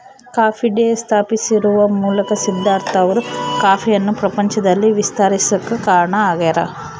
coffee day ಸ್ಥಾಪಿಸುವದರ ಮೂಲಕ ಸಿದ್ದಾರ್ಥ ಅವರು ಕಾಫಿಯನ್ನು ಪ್ರಪಂಚದಲ್ಲಿ ವಿಸ್ತರಿಸಾಕ ಕಾರಣ ಆಗ್ಯಾರ